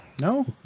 No